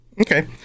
okay